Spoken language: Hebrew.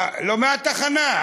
לא, מהתחנה.